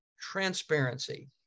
transparency